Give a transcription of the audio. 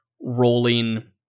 rolling